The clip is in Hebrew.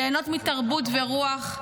ליהנות מתרבות ורוח,